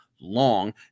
long